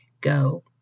go